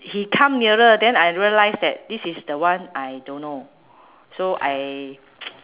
he come nearer then I realise that this is the one I don't know so I